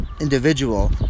individual